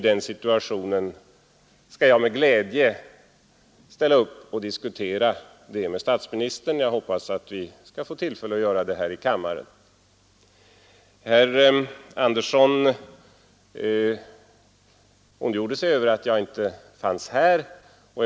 Jag skall med glädje ställa upp och diskutera med statsministern, och jag hoppas att vi skall få tillfälle att göra det här i kammaren. Herr Andersson ondgjorde sig över att jag inte fanns i kammaren från början av den här diskussionen.